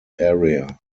area